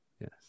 yes